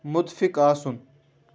مُتفِق آسُن